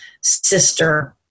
sister